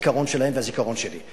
הזיכרון שלהם והזיכרון שלי.